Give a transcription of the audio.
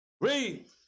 Read